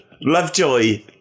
Lovejoy